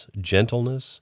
gentleness